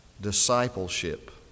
discipleship